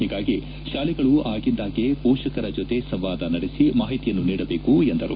ಹೀಗಾಗಿ ಶಾಲೆಗಳು ಆಗಿಂದಾಗ್ಗೆ ಪೋಷಕರ ಜೊತೆ ಸಂವಾದ ನಡೆಸಿ ಮಾಹಿತಿಯನ್ನು ನೀಡಬೇಕು ಎಂದು ಹೇಳಿದೆ